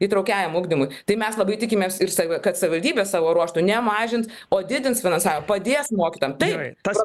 įtraukiajam ugdymui tai mes labai tikimės ir savi kad savivaldybė savo ruožtu nemažins o didins finansavimą padės mokytojam tai tas